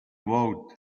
vote